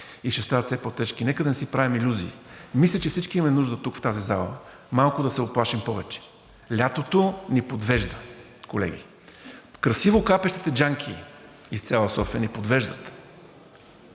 и ще стават все по-тежки, нека да не си правим илюзии. Мисля, че всички имаме нужда тук в тази зала малко да се уплашим повече. Лятото ни подвежда, колеги. Красиво капещите джанки из цяла София ни подвеждат.